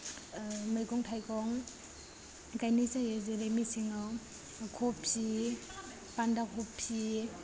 मैगं थाइगं गायनाय जायो जेरै मेसेङाव खबि बान्दा खबि